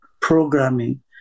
programming